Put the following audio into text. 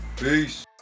Peace